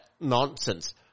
nonsense